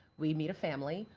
we met a family,